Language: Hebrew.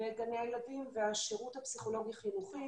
והשירות הפסיכולוגי-חינוכי.